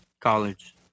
college